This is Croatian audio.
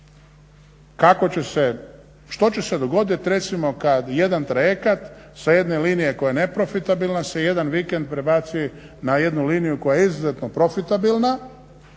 Kako će se što će se dogoditi recimo kada jedan trajekat sa jedne linije koja je neprofitabilna se jedan vikend prebaci na jednu liniju koja je izuzetno profitabilna